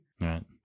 Right